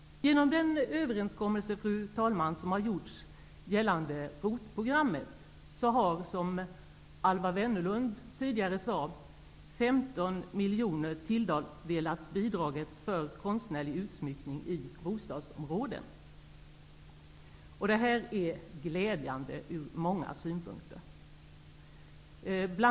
Genom den överenskommelse som har gjorts gällande ROT-programmet har, som Alwa Wennerlund tidigare sade, 15 miljoner kronor avsatts i bidraget för konstnärlig utsmyckning i bostadsområden. Det här är glädjande ur många synpunkter.